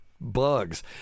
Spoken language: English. bugs